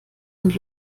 und